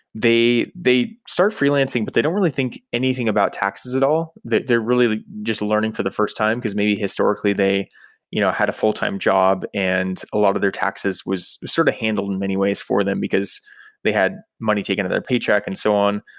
they they start freelancing but they don't really think anything about taxes at all. they're really just learning for the first time, because maybe historically they you know had a fulltime job and a lot of their taxes was sort of handled in many ways for them, because they had money taken to their paycheck and so on.